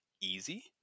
easy